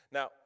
Now